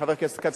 חבר הכנסת כץ,